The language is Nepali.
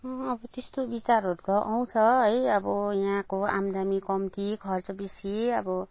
अब त्यस्तो विचारहरू त आउँछ है अब यहाँको आमदामी कम्ती खर्च बेसी अब